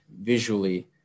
visually